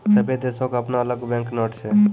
सभ्भे देशो के अपनो अलग बैंक नोट छै